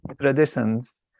traditions